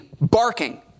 barking